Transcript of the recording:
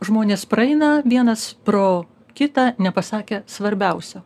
žmonės praeina vienas pro kitą nepasakę svarbiausio